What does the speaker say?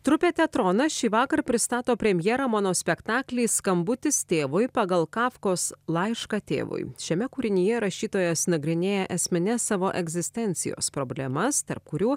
trupė teatrona šįvakar pristato premjerą monospektaklį skambutis tėvui pagal kafkos laišką tėvui šiame kūrinyje rašytojas nagrinėja esmines savo egzistencijos problemas tarp kurių